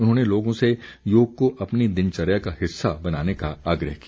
उन्होंने लोगों से योग को अपनी दिनचर्या का हिस्सा बनाने का आग्रह किया